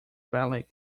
ballet